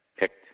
picked